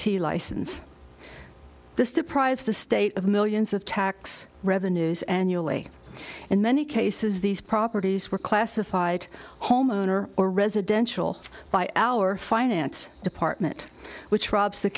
deprives the state of millions of tax revenues annually in many cases these properties were classified homeowner or residential by our finance department which robs the